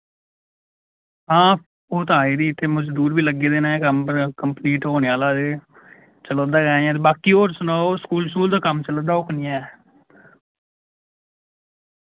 हां ओह् ते आई दी इत्थै मजदूर बी लग्गे दे ने कम्म पर कम्पलीट होने आह्ला ते चला दा गै अजें बाकी होर सनाओ स्कूल श्कूल दा कम्म चला दा ओह् कनेहा ऐ